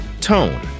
tone